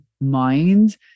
mind